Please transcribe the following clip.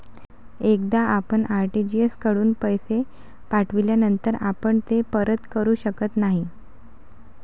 एकदा आपण आर.टी.जी.एस कडून पैसे पाठविल्यानंतर आपण ते परत करू शकत नाही